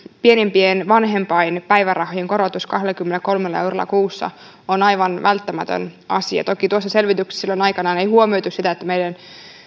pienimpien vanhempainpäivärahojen korotus kahdellakymmenelläkolmella eurolla kuussa on aivan välttämätön asia toki tuossa selvityksessä silloin aikoinaan ei huomioitu sitä että meidän